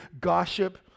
gossip